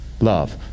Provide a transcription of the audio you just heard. Love